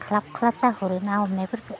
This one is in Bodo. ख्लाब ख्लाब जाहरो हमनायफोरखो